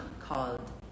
called